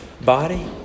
body